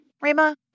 Rima